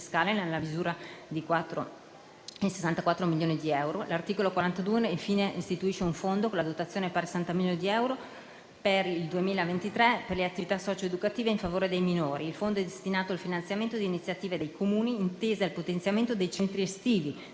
nella misura di 4.064 milioni di euro per il 2024. L'articolo 42 istituisce un fondo, con una dotazione pari a 60 milioni di euro per il 2023, per le attività socio-educative in favore dei minori; il fondo è destinato al finanziamento di iniziative dei Comuni, intese al potenziamento dei centri estivi,